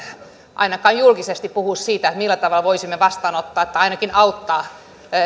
ainakaan julkisesti puhu siitä millä tavalla voisimme vastaanottaa tai ainakin auttaa